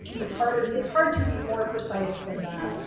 it's hard it's hard to be more precise than that.